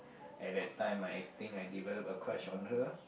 at that time I think I developed a crush on her